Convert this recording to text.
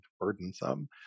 burdensome